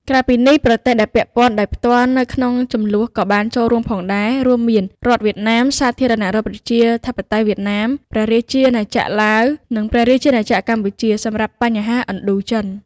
ក្រៅពីនេះ ប្រទេសដែលពាក់ព័ន្ធដោយផ្ទាល់នៅក្នុងជម្លោះក៏បានចូលរួមផងដែរ រួមមាន រដ្ឋវៀតណាម សាធារណរដ្ឋប្រជាធិបតេយ្យវៀតណាម ព្រះរាជាណាចក្រឡាវ និង ព្រះរាជាណាចក្រកម្ពុជា សម្រាប់បញ្ហាឥណ្ឌូចិន។